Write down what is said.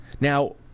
Now